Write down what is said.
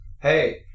Hey